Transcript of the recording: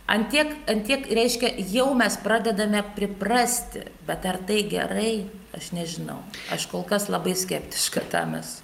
ant tiek kiek reiškia jau mes pradedame priprasti bet ar tai gerai aš nežinau aš kol kas labai skeptiška tam esu